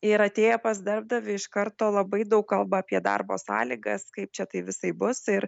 ir atėję pas darbdavį iš karto labai daug kalba apie darbo sąlygas kaip čia tai visai bus ir